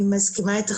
אני מסכימה איתך.